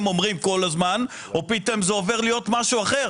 אומרים כל הזמן או פתאום זה עובר להיות משהו אחר?